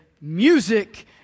music